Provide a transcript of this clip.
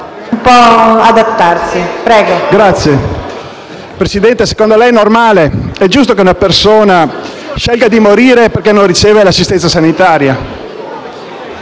Signora Presidente, secondo lei è giusto che una persona scelga di morire perché non riceve l'assistenza sanitaria?